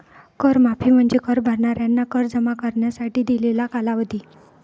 कर माफी म्हणजे कर भरणाऱ्यांना कर जमा करण्यासाठी दिलेला कालावधी